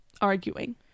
arguing